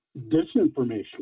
disinformation